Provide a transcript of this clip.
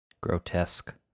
grotesque